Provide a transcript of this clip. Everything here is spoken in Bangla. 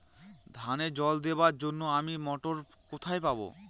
ধানে জল দেবার জন্য আমি মটর কোথায় পাবো?